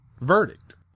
verdict